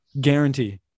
Guarantee